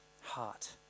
heart